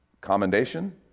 commendation